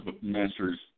Masters